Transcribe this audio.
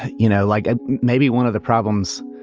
you know, like ah maybe one of the problems